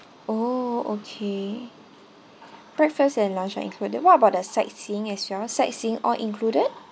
oh okay breakfast and lunch are included what about the sightseeing as well sightseeing all included